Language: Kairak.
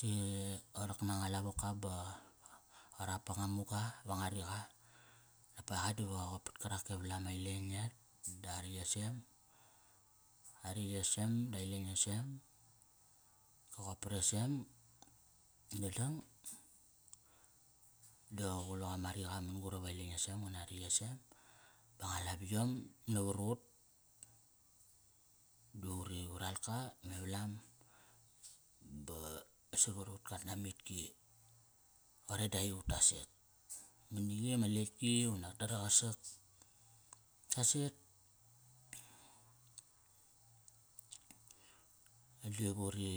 Ki qa rak nanga lavoka ba qa rap anga va nga riqa. Dapa aiga diva qa qop pat karak e valam a ileng da ariyesem. Ariyesem da ailengesem, ka qop paresem, dadang da qa quluk ama riqa man-gurap a ilengesem da ariyesem. Ba anga laviyom navar ut di uri ralka me valam ba savar ut qatnamitki koreda i utas et. Mani qi ama letki unak daraqasak. Saset, di vuri.